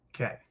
okay